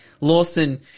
Lawson